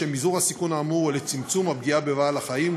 לשם מזעור הסיכון האמור ולצמצום הפגיעה בבעלי חיים,